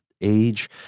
age